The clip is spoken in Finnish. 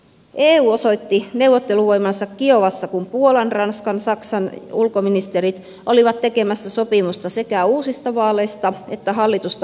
eu osoitti neuvotteluvoimansa kiovassa kun puolan ranskan saksan ulkoministerit olivat tekemässä sopimusta sekä uusista vaaleista että hallitusta muutosprosessista